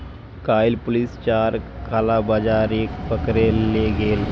कइल पुलिस चार कालाबाजारिक पकड़े ले गेले